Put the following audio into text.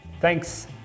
Thanks